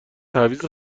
تعویض